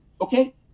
Okay